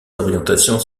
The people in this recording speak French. orientations